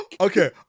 okay